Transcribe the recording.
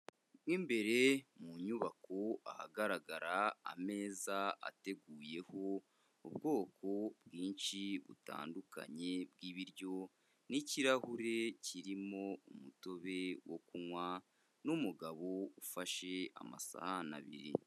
Mo imbere mu nyubako ahagaragara ameza ateguyeho ubwoko bwinshi butandukanye bw'ibiryo n'ikirahure kirimo umutobe wo kunywa n'umugabo ufashe amasahani abiri.